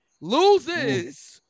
loses